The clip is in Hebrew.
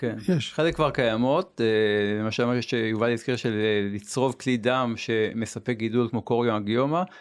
חלק כבר קיימות למשל מישהו שיובל להזכיר של לצרוב כלי דם שמספק גידול כמו קוריון הגיומה.